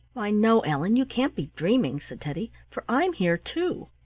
why, no, ellen, you can't be dreaming, said teddy, for i'm here too.